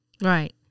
Right